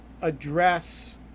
address